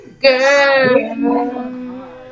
girl